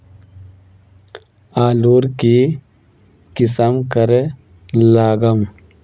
आलूर की किसम करे लागम?